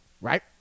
right